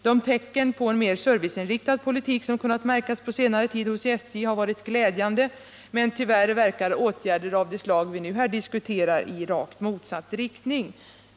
De tecken på en mer serviceinriktad politik som kunnat märkas på senare tid hos SJ har varit glädjande, men tyvärr verkar åtgärder av det slag vi nu diskuterar i rakt motsatt riktning.